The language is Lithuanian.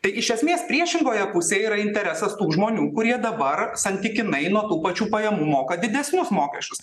tai iš esmės priešingoje pusėje yra interesas tų žmonių kurie dabar santykinai nuo tų pačių pajamų moka didesnius mokesčius